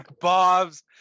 Bob's